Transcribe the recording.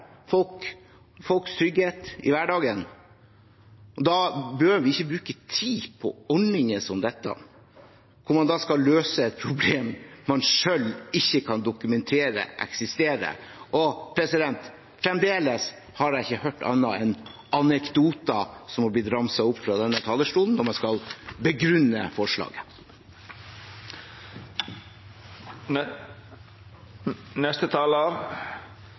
folks trygghet i hverdagen. Da bør vi ikke bruke tid på ordninger som dette, hvor man skal løse et problem som man selv ikke kan dokumentere eksisterer. Fremdeles har jeg ikke hørt annet enn anekdoter som har blitt ramset opp fra denne talerstolen, når man skal begrunne forslaget.